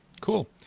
cool